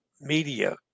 media